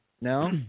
No